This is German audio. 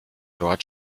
dort